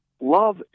Love